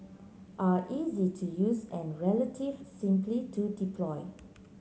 are easy to use and relative simply to deploy